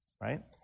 right